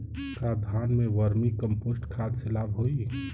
का धान में वर्मी कंपोस्ट खाद से लाभ होई?